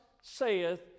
saith